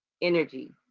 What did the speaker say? energy